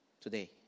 today